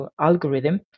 algorithm